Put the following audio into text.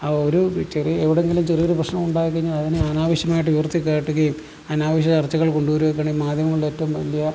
ആ ഒരു ചെറിയ എവിടെയെങ്കിലും ചെറിയ ഒരു പ്രശ്നം ഉണ്ടായിക്കഴിഞ്ഞാൽ അതിനെ അനാവശ്യമായിട്ട് ഉയർത്തിക്കാട്ടുകയും അനാവശ്യ ചർച്ചകൾ കൊണ്ടുവരികയൊക്കെയാണ് മാധ്യമങ്ങളുടെ ഏറ്റവും വലിയ